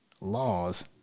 laws